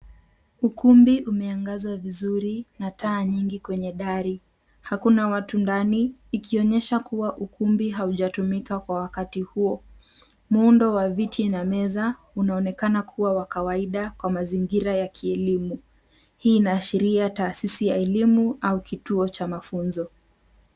Ukumbi umeangazwa vizuri na taa nyingi kwenye dari. Hakuna watu ndani ikionyesha kuwa ukumbi haujatumika kwa wakati huo. Muundo wa viti na meza unaonekana kuwa wa kawaida kwa mazingira ya kielimu. Hii inaashiria taasisi ya elimu au kituo cha mafunzo.